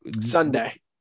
Sunday